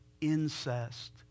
Incest